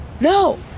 No